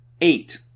eight